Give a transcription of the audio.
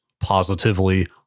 positively